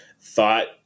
thought